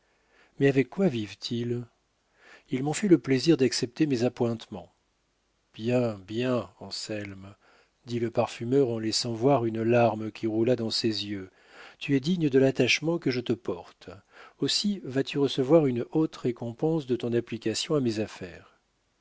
mais avec quoi vivent-ils ils m'ont fait le plaisir d'accepter mes appointements bien bien anselme dit le parfumeur en laissant voir une larme qui roula dans ses yeux tu es digne de l'attachement que je te porte aussi vas-tu recevoir une haute récompense de ton application à mes affaires